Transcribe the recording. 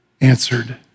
answered